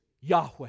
Yahweh